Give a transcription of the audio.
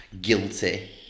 guilty